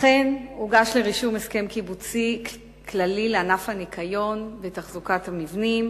אכן הוגש לרישום הסכם קיבוצי כללי לענף הניקיון ותחזוקת המבנים.